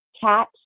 cat